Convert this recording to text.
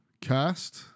cast